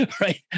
Right